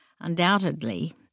undoubtedly